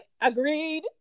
Agreed